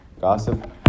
Gossip